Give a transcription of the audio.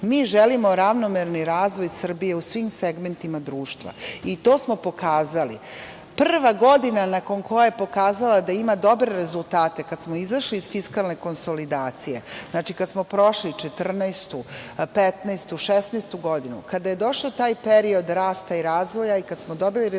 želimo ravnomerni razvoj Srbije u svim segmentima društva. To smo pokazali. Prva godina nakon koje je pokazala da ima dobre rezultate, kada smo izašli iz fiskalne konsolidacije, kada smo prošli 2014, 2015, 2016. godinu, kada je došao taj period rasta i razvoj i kada smo dobili rezultate,